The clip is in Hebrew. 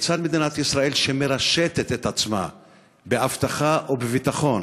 כיצד מדינת ישראל שמרשתת את עצמה באבטחה ובביטחון